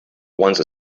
once